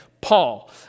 Paul